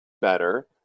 better